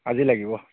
আজি লাগিব